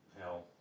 hell